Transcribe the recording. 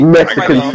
Mexican